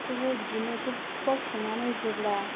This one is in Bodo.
बेखौबो बिदिनो गोबाव संनानै जेब्ला